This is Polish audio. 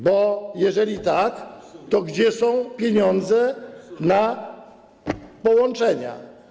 Bo jeżeli tak, to gdzie są pieniądze na połączenia?